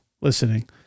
listening